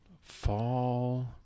Fall